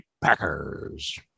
Packers